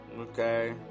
okay